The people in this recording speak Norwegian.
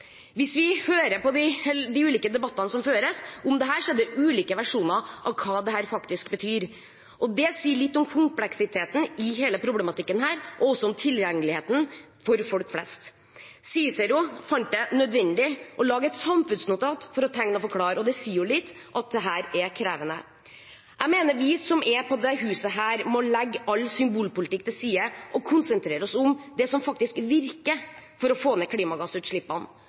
Hvis vi hører på de ulike debattene som føres om dette, er det ulike versjoner av hva det faktisk betyr. Det sier litt om kompleksiteten i hele problematikken, og også om tilgjengeligheten for folk flest. Cicero fant det nødvendig å lage et samfunnsnotat for å tegne og forklare, og det sier litt om at dette er krevende. Jeg mener at vi som er på dette huset, må legge all symbolpolitikk til side og konsentrere oss om det som faktisk virker for å få ned klimagassutslippene.